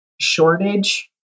shortage